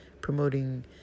promoting